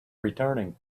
returning